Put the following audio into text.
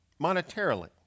monetarily